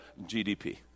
GDP